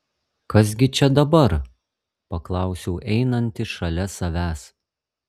kas gi čia dabar paklausiau einantį šalia savęs